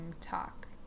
talk